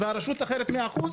והרשות אחרת 100%,